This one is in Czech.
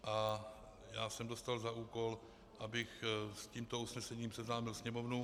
A já jsem dostal za úkol, abych s tímto usnesením seznámil Sněmovnu.